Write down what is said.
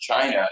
China